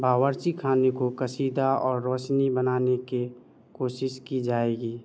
باورچی خانے کو کشیدہ اور روشنی بنانے کے کوشش کی جائے گی